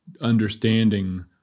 understanding